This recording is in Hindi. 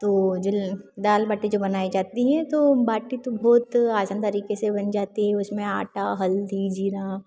तो जिल दाल बाटी जो बनाई जाती हैं तो बाटी तो बहुत आसान तरीके से बन जाती है उसमें आटा हल्दी जीरा